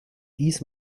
dies